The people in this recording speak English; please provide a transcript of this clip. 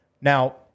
Now